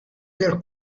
dal